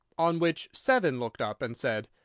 on which seven looked up and said,